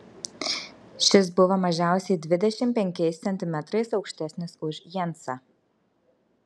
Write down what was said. šis buvo mažiausiai dvidešimt penkiais centimetrais aukštesnis už jensą